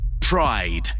pride